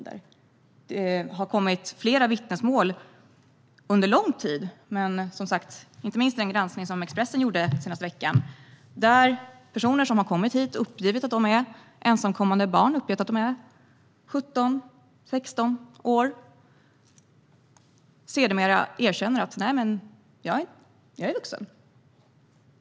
Det har kommit flera vittnesmål under lång tid, inte minst i den granskning som Expressen gjorde förra veckan, där personer som har kommit hit först har uppgivit att de är ensamkommande barn och att de är 16-17 år men sedan har erkänt att de är vuxna.